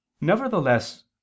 Nevertheless